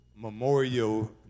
Memorial